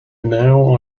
now